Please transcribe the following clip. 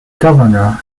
governor